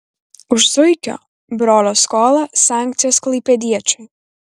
už zuikio brolio skolą sankcijos klaipėdiečiui